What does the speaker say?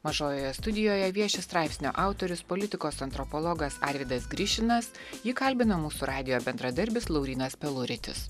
mažojoje studijoje vieši straipsnio autorius politikos antropologas arvydas grišinas jį kalbina mūsų radijo bendradarbis laurynas peluritis